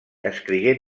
escrigué